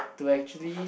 to actually